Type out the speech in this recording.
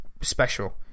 special